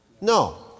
No